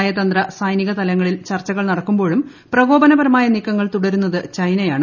നയതന്ത്ര സൈനിക തലങ്ങളിൽ ചർച്ചകൾ നടക്കുമ്പോഴും പ്രകോപനപരമായ നീക്കങ്ങൾ തുടരുന്നത് ചൈനയാണ്